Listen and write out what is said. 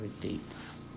dates